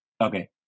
Okay